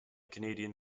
canadian